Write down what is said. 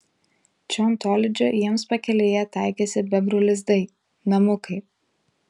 čion tolydžio jiems pakelėje taikėsi bebrų lizdai namukai